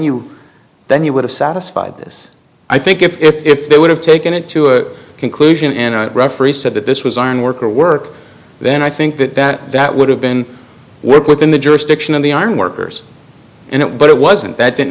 you then you would have satisfied this i think if they would have taken it to a conclusion and referee said that this was on work or work then i think that that that would have been work within the jurisdiction of the arm workers and it but it wasn't that didn't